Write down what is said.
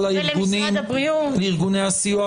לארגוני הסיוע,